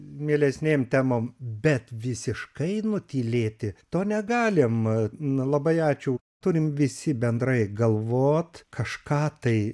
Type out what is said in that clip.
mielesnėm temom bet visiškai nutylėti to negalima na labai ačiū turim visi bendrai galvot kažką tai